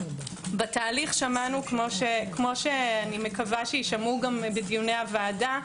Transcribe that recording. כפי שאני מקווה שיישמעו בדיוני הוועדה,